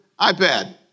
iPad